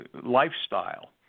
lifestyle